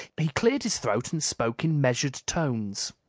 he cleared his throat and spoke in measured tones.